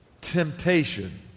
temptation